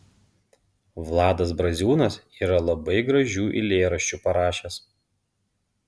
vladas braziūnas yra labai gražių eilėraščių parašęs